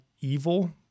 evil